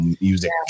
music